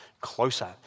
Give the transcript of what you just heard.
closer